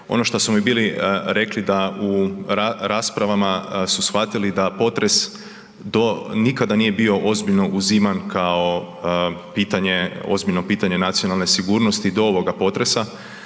Ono šta su mi bili rekli da u raspravama su shvatili da potres do, nikada nije bio ozbiljno uziman kao pitanje, ozbiljno pitanje nacionalne sigurnosti do ovoga potresa,